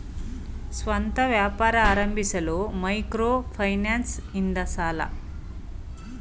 ಸ್ವಂತ ವ್ಯಾಪಾರ ಆರಂಭಿಸಲು ಮೈಕ್ರೋ ಫೈನಾನ್ಸ್ ಇಂದ ಸಾಲ ಪಡೆಯಬಹುದೇ?